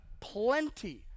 plenty